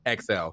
XL